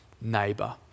neighbor